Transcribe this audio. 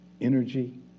energy